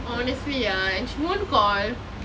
honestly ah and she won't call